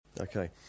Okay